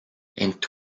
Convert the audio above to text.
ent